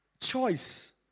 Choice